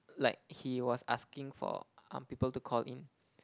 like he was asking for um people to call in